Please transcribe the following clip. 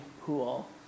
pool